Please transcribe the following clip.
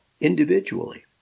individually